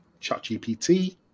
ChatGPT